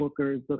bookers